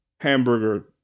hamburger